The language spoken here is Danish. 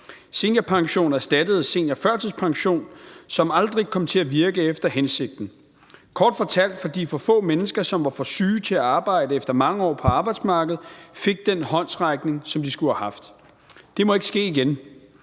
Seniorpensionen erstattede seniorførtidspensionen, som aldrig kom til at virke efter hensigten, kort fortalt fordi for få mennesker, som var for syge til at arbejde efter mange år på arbejdsmarkedet, fik den håndsrækning, som de skulle have haft. Det må ikke ske igen.